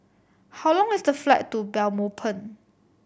how long is the flight to Belmopan